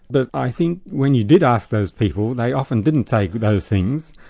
but i think when you did ask those people, they often didn't say those things,